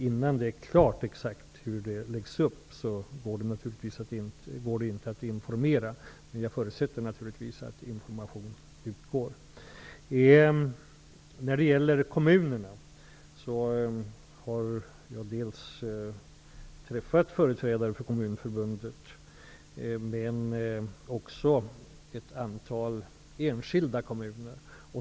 Innan det är klart exakt hur det hela läggs upp är det naturligtvis inte möjligt att informera. Men jag förutsätter att information utgår. Vidare har jag träffat företrädare för Kommunförbundet och också företrädare för ett antal enskilda kommuner.